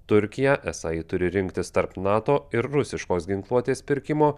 turkiją esą ji turi rinktis tarp nato ir rusiškos ginkluotės pirkimo